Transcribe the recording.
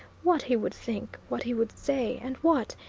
what he would think, what he would say, and what,